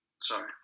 Sorry